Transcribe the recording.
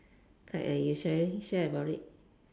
like uh you sharing share about it